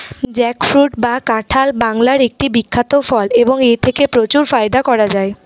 jackfruit বা কাঁঠাল বাংলার একটি বিখ্যাত ফল এবং এথেকে প্রচুর ফায়দা করা য়ায়